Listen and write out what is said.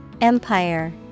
Empire